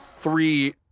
three